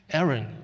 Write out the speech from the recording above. Aaron